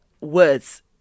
words